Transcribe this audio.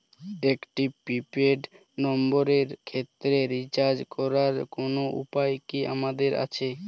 একটি prepaid নম্বরের ক্ষেত্রে রিচার্জ করার কোনো উপায় কি আমাদের আছে?